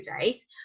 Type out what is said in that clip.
days